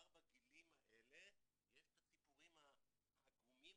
בגלל שאחרי כמה שנים היא כבר לא הייתה בעמותה,